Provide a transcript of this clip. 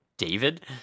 David